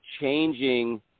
changing